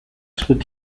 tritt